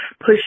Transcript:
push